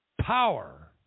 power